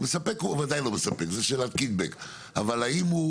לספק הוא וודאי לא מספק זו שאלת קיטבג אבל האם יש